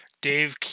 Dave